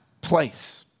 place